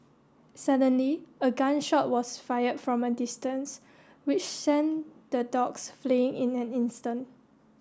suddenly a gun shot was fired from a distance which sent the dogs fleeing in an instant